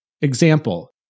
Example